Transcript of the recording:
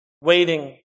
waiting